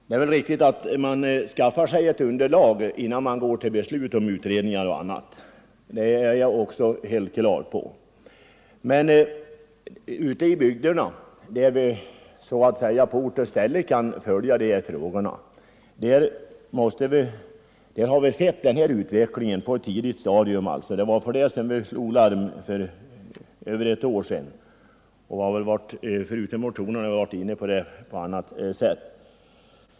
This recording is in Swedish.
Det är väl riktigt att man skaffar sig ett underlag innan man går till beslut, men ute i bygderna där vi så att säga på ort och ställe kan följa de här frågorna såg vi på ett tidigt stadium denna utveckling. Det var därför som vi för över ett år sedan slog larm i motioner och på annat sätt.